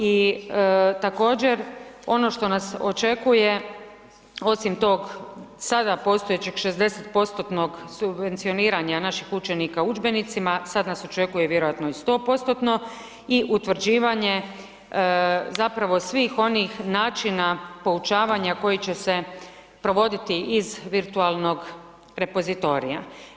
I također ono što nas očekuje osim tog sada postojećeg 60%-tnog subvencioniranja naših učenika udžbenicima, sada nas očekuje vjerojatno i 100%-tno i utvrđivanje zapravo svih onih načina poučavanja koji će se provoditi iz virtualnog repozitorija.